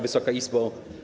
Wysoka Izbo!